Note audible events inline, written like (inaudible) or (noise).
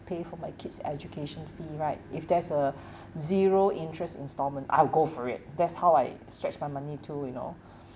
pay for my kids' education fee right if there's a (breath) zero interest instalment I'll go for it that's how I stretch my money too you know (breath)